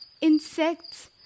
Insects